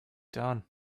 done